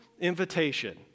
invitation